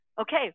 Okay